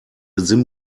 sim